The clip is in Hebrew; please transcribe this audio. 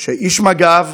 שאיש מג"ב